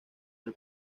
del